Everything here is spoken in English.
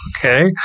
Okay